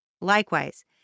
Likewise